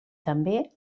també